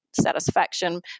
satisfaction